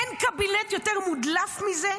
אין קבינט יותר מודלף מזה,